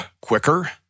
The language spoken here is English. quicker